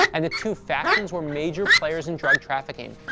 and the two factions were major players in drug trafficking.